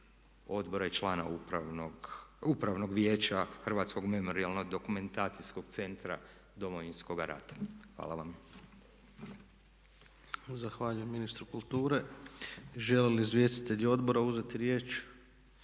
odbora i člana Upravnog vijeća Hrvatskog memorijalno-dokumentacijskog centra Domovinskog rata. Hvala vam. **Tepeš, Ivan (HSP AS)** Zahvaljujem ministru kulture. Žele li izvjestitelji odbora uzeti riječ?